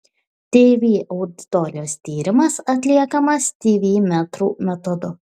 tv auditorijos tyrimas atliekamas tv metrų metodu